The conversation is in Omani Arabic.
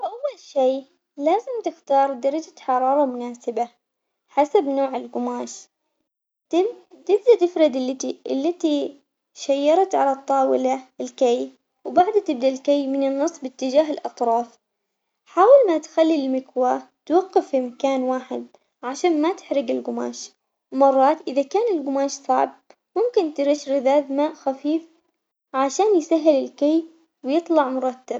أول شي لازم تختار درجة حرارة مناسبة، حسب نوع القماش تن- تبدا تفرد اللج- التي شيرت على الطاولة الكي وبعده تبدا الكي من النص باتجاه الأطراف، حاول ما تخلي المكواة توقف في مكان واحد عشان ما تحرق القماش، مرات إذا كان القماش صعب ممكن ترشرش رذاذ ماء خفيف عشان يسهل الكي ويطلع مرتب.